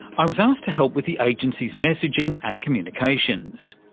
i was asked to help with the agency's messaging and communications.